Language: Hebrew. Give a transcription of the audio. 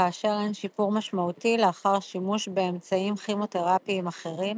וכאשר אין שיפור משמעותי לאחר שימוש באמצעים כימותרפיים אחרים.